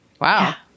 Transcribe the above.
wow